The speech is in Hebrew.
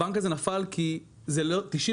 הבנק הזה נפל כי זה בכלל לא עזר